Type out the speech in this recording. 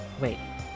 Wait